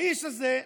האיש הזה,